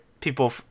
people